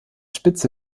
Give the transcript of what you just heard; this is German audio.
spitze